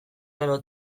gero